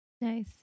Nice